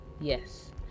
yes